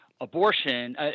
abortion –